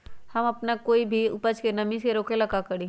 हम अपना कोई भी उपज के नमी से रोके के ले का करी?